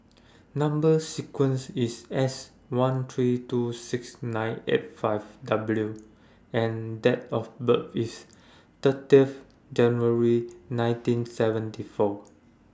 Number sequence IS S one three two six nine eight five W and Date of birth IS thirtieth January nineteen seventy four